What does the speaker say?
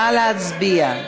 נא להצביע.